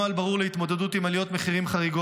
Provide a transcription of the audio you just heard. ברור להתמודדות עם עליות מחירים חריגות.